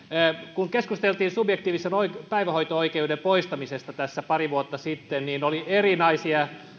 kun keskusteltiin subjektiivisen päivähoito oikeuden poistamisesta pari vuotta sitten niin oli erinäisiä